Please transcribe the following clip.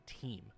team